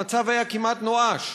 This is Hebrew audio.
המצב היה כמעט נואש.